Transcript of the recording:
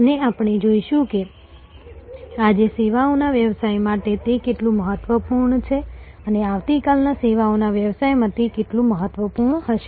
અને આપણે જોઈશું કે આજે સેવાઓના વ્યવસાય માટે તે કેટલું મહત્વપૂર્ણ છે અને આવતીકાલના સેવાઓના વ્યવસાયમાં તે કેટલું મહત્વપૂર્ણ હશે